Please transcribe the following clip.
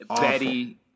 Betty